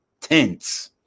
tense